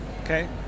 Okay